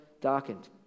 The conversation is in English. darkened